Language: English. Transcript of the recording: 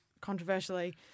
controversially